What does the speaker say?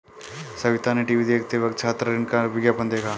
सविता ने टीवी देखते वक्त छात्र ऋण का विज्ञापन देखा